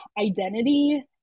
identity